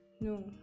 no